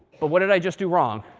but what did i just do wrong?